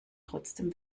trotzdem